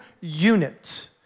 unit